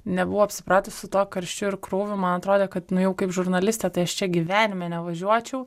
nebuvau apsipratus su tuo karščiu ir krūviu man atrodė kad nu jau kaip žurnalistė tai aš čia gyvenime nevažiuočiau